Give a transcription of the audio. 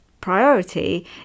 priority